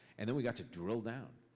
and then we got to drill down.